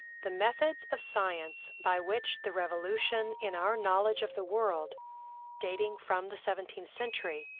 the methods of science by which the revolution in our knowledge of the world dating from the seventeenth century,